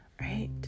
right